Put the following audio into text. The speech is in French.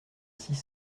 six